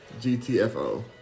GTFO